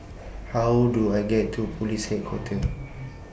How Do I get to Police Headquarters